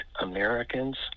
americans